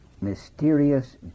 mysterious